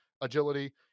agility